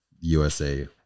USA